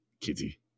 Kitty